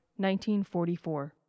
1944